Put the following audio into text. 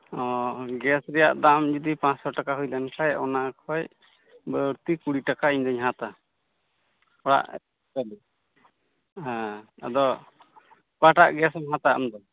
ᱚ ᱜᱮᱥ ᱨᱮᱭᱟᱜ ᱫᱟᱢ ᱡᱩᱫᱤ ᱯᱟᱸᱥ ᱥᱚ ᱴᱟᱠᱟ ᱦᱩᱭᱞᱮᱱ ᱠᱷᱟᱱ ᱚᱱᱟ ᱠᱷᱚᱱ ᱵᱟᱹᱲᱛᱤ ᱠᱩᱲᱤ ᱴᱟᱠᱟ ᱤᱧᱫᱩᱧ ᱦᱟᱛᱟᱣᱟ ᱚᱲᱟᱜ ᱦᱟᱹᱵᱤᱡ ᱦᱮᱸ ᱟᱫᱚ ᱚᱠᱟᱴᱟᱜ ᱜᱮᱥᱮᱢ ᱦᱟᱛᱟᱣᱟ ᱟᱢᱫᱚ